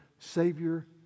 Savior